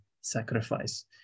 sacrifice